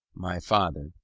my father,